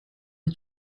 did